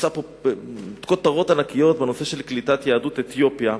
שתפסה פה כותרות ענקיות בנושא של קליטת יהדות אתיופיה.